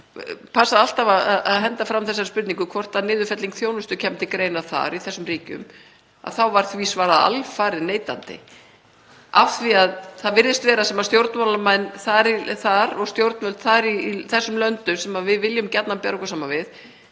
passaði alltaf að henda fram þeirri spurningu hvort niðurfelling þjónustu kæmi til greina í þessum ríkjum og þá var því svarað alfarið neitandi, af því að það virðist vera sem stjórnmálamenn þar og stjórnvöld í þessum löndum, sem við viljum gjarnan bera okkur saman við,